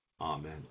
amen